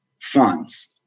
funds